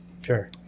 Sure